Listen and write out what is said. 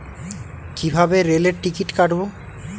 কিভাবে রেলের টিকিট কাটব?